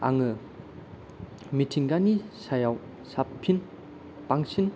आङो मिथिंगानि सायाव साबसिन बांसिन